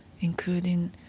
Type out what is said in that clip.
including